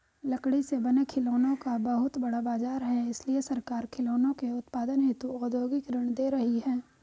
लकड़ी से बने खिलौनों का बहुत बड़ा बाजार है इसलिए सरकार खिलौनों के उत्पादन हेतु औद्योगिक ऋण दे रही है